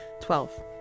Twelve